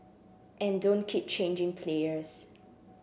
and don't keep changing players